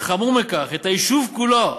וחמור מכך, את היישוב כולו,